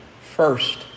first